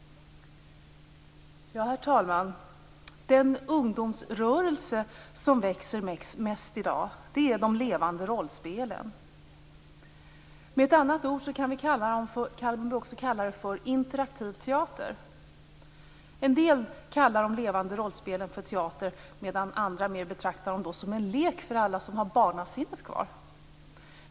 Herr talman! Den ungdomsrörelse som växer mest i dag är de levande rollspelen. Med ett annat ord kan vi också kalla detta för interaktiv teater. En del kallar de levande rollspelen för teater, medan andra betraktar dem mer som en lek för alla som har barnasinnet kvar.